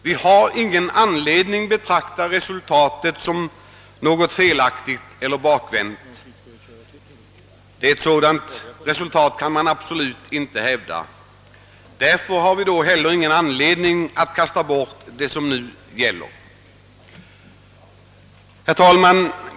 Vi har ingen anledning att betrakta resultatet som något felaktigt eller bakvänt — något sådant kan man absolut inte hävda. Därför har vi inte heller någon anledning att förkasta vad som nu gäller. Herr talman!